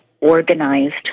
organized